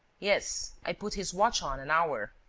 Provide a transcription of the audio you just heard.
yes, i put his watch on an hour.